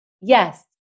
yes